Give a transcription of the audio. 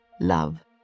love